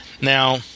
Now